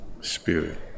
Spirit